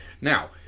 Now